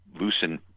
loosen